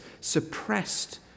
suppressed